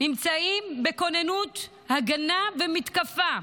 נמצאים בכוננות הגנה ומתקפה,